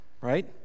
right